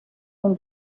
mon